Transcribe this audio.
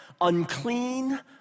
unclean